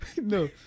No